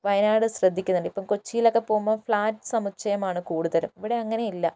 വയനാട് ശ്രദ്ധിക്കുന്നുണ്ട് ഇപ്പോൾ കൊച്ചിയിലൊക്കെ പോകുമ്പം ഫ്ലാറ്റ് സമുച്ഛയമാണ് കൂടുതലും ഇവിടെ അങ്ങനെയില്ല